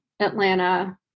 Atlanta